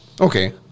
Okay